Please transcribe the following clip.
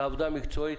על העבודה המקצועית.